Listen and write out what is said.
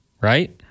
Right